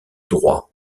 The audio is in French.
droit